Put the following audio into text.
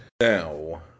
Now